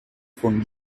von